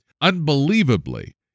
Unbelievably